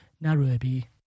Nairobi